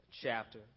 chapter